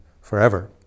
forever